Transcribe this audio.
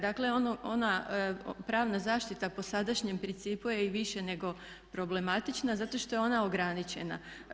Dakle, ona pravna zaštita po sadašnjem principu je i više nego problematična zato što je ona ograničena.